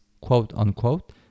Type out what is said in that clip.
quote-unquote